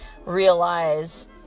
Realize